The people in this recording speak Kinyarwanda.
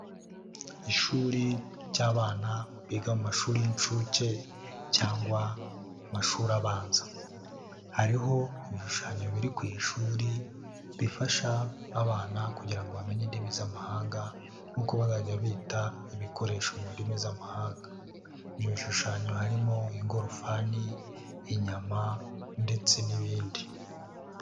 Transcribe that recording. Ishuri ry'abana biga mu mashuri y'inshuke cyangwa amashuri abanza. Hariho ibishushanyo biri ku ishuri bifasha abana kugira ngo bamenye indimi z'amahanga, uko bazajya bita ibikoresho mu ndimi z'amahanga. Ibyo bishushanyo harimo: ingorofani, inyama ndetse n'ibindi.